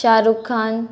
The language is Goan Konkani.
शाहरुख खान